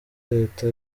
leta